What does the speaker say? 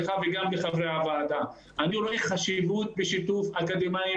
ולחברי הוועדה: אני רואה חשיבות בשיתוף אקדמאים